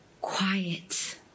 Quiet